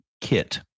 kit